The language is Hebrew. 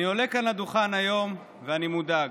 אני עולה כאן לדוכן היום ואני מודאג,